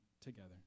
together